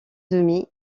demie